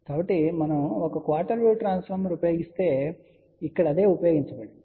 కాబట్టి మనం ఒక క్వార్టర్ వేవ్ ట్రాన్స్ఫార్మర్ను ఉపయోగిస్తే ఇక్కడే ఇది ఉపయోగించబడింది